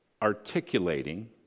Articulating